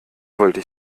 wollte